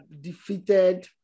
defeated